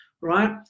right